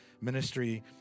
ministry